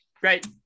Great